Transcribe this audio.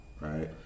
Right